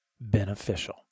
beneficial